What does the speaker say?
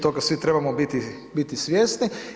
Toga svi trebamo biti svjesni.